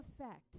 effect